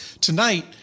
tonight